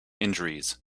injuries